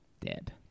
Dead